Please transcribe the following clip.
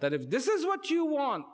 that if this is what you want